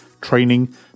training